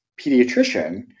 pediatrician